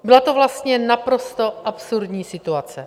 Byla to vlastně naprosto absurdní situace.